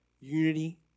unity